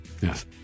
Yes